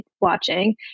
watching